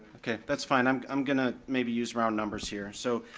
okay, that's fine, i'm um gonna maybe use round numbers here. so